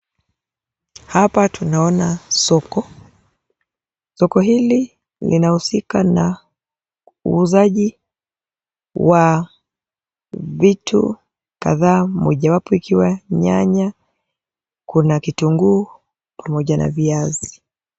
Hapa tunaona soko. Soko hili linahusika na uuzaji wa vitu kadhaa mojawapo ikiwa nyanya, kuna kitunguu pamoja na viazi.